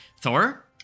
thor